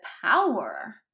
power